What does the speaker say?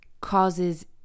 causes